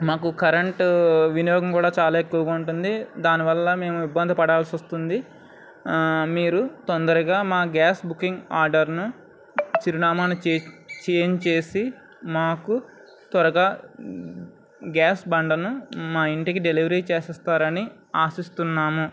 మాకు కరెంటు వినియోగం కూడా చాలా ఎక్కువగా ఉంటుంది దానివల్ల మేము ఇబ్బంది పడాల్సి వస్తుంది మీరు తొందరగా మా గ్యాస్ బుకింగ్ ఆర్డర్ను చిరునామాను చే చేంజ్ చేసి మాకు త్వరగా గ్యాస్ బండను మా ఇంటికి డెలివరీ చేసిస్తారని ఆశిస్తున్నాము